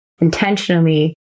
intentionally